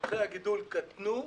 שטחי הגידול קטנו.